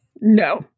No